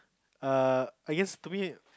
err I guess to me